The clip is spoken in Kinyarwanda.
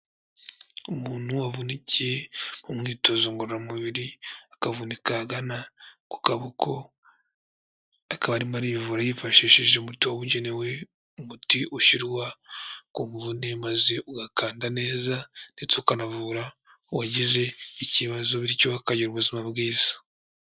Umuntu wavunikiye mu mwitozo ngororamubiri, akavunika ahagana ku kaboko, akaba arimo arivura yifashishije umuti wabugenewe, umuti ushyirwa ku mvune maze ugakanda neza ndetse ukanavura uwagize ikibazo bityo akagira ubuzima bwiza.